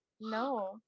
No